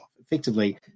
effectively